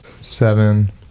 Seven